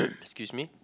excuse me